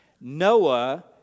Noah